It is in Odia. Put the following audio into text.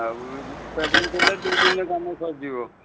ଆଉ ରିପ୍ୟାରିଂ କଲେ ଦୁଇ ଦିନରେ କାମ ସରିଯିବ